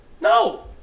No